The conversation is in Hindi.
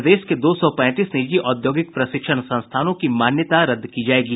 प्रदेश के दो सौ पैंतीस निजी औद्योगिक प्रशिक्षण संस्थानों की मान्यता रद्द की जायेगी